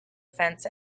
fence